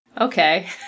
Okay